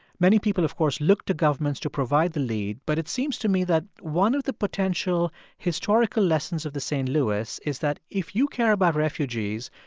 many people, of course, looked to governments to provide the lead, but it seems to me that one of the potential historical lessons of the st. louis is that if you care about refugees,